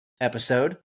episode